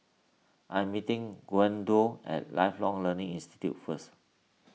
I am meeting Gwenda at Lifelong Learning Institute first